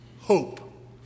hope